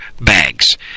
bags